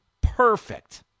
perfect